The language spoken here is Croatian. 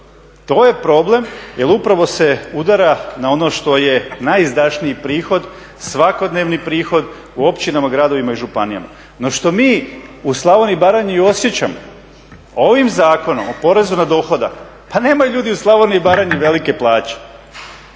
To je problem jer upravo se udara na ono što je najizdašniji prihod, svakodnevni prihod u općinama, gradovima i županijama. No što mi u Slavoniji i Baranji osjećamo ovim Zakonom o porezu na dohodak pa nemaju ljudi u Slavoniji i Baranji velike plaće,